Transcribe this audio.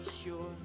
sure